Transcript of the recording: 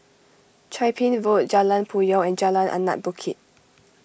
Chia Ping Road Jalan Puyoh and Jalan Anak Bukit